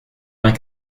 vingt